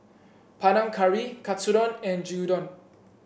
Panang Curry Katsudon and Gyudon